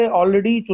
already